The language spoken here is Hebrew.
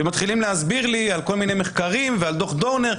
והם מתחילים להסביר לי על כל מיני מחקרים ועל דוח דורנר,